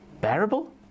Bearable